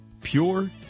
pure